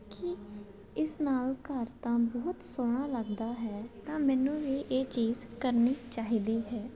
ਕਿ ਇਸ ਨਾਲ ਘਰ ਤਾਂ ਬਹੁਤ ਸੋਹਣਾ ਲੱਗਦਾ ਹੈ ਤਾਂ ਮੈਨੂੰ ਵੀ ਇਹ ਚੀਜ਼ ਕਰਨੀ ਚਾਹੀਦੀ ਹੈ